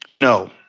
No